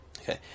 Okay